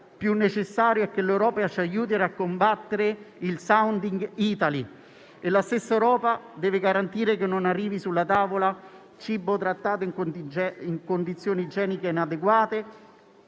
più necessario è che l'Europa ci aiuti a combattere l'*italian sounding*. La stessa Europa deve garantire che non arrivi sulla tavola cibo trattato in condizioni igieniche adeguate,